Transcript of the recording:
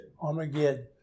Armageddon